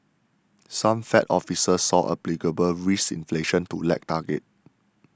some Fed officials saw applicable risk inflation to lag target